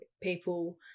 people